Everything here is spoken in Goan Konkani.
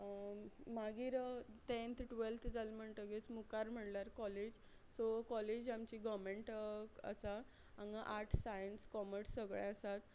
मागीर तँत टुवॅल्थ जालें म्हणटगीच मुखार म्हणल्यार कॉलेज सो कॉलेज आमची गवरमँट आसा हांगां आर्ट्स सायन्स कॉमर्स सगळे आसात